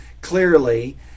clearly